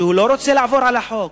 שלא רוצה לעבור על החוק,